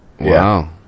Wow